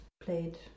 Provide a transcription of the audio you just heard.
Played